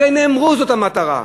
הרי אמרו שזאת המטרה.